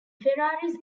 ferraris